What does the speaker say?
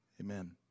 Amen